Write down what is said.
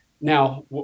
Now